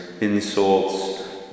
insults